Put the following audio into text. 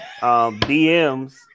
DMs